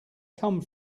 come